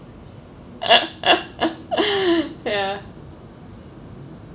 ya